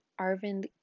Arvind